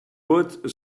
wood